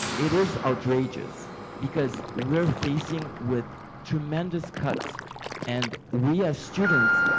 it is outrageous because we're facing with tremendous cuts and we as students,